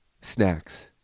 snacks